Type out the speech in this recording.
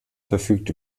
verfügt